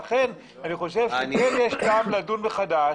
לכן כן יש לדון מחדש.